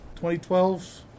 2012